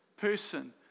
person